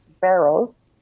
barrels